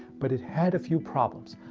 but it had a few problems,